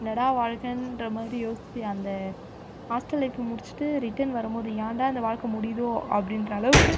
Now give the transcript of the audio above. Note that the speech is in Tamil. என்னடா வாழ்க்கைன்ற மாதிரி யோசிச்சு அந்த ஹாஸ்டல் லைஃப்பை முடிச்சிட்டு ரிட்டன் வரும்போது ஏன்டா இந்த வாழ்க்கை முடியுதோ அப்படின்ற அளவுக்கு